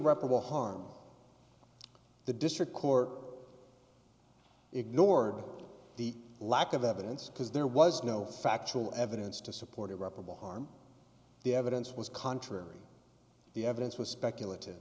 irreparable harm the district court ignored the lack of evidence because there was no factual evidence to support irreparable harm the evidence was contrary the evidence was speculative